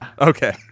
Okay